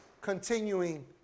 continuing